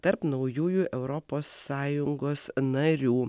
tarp naujųjų europos sąjungos narių